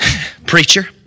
Preacher